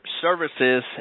Services